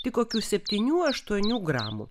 tik kokių septynių aštuonių gramų